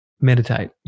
meditate